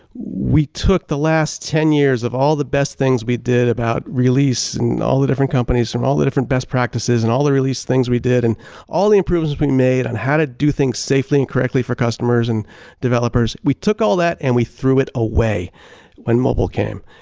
we took the last ten years of all the best things we did about release and all the different companies and um all the different best practices and all the release things we did and all the improvements been made on how to do things safely and correctly for customers and developers we took all that and we threw it away when mobile came.